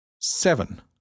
seven